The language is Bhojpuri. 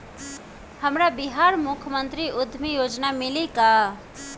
हमरा बिहार मुख्यमंत्री उद्यमी योजना मिली का?